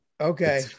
Okay